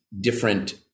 different